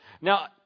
Now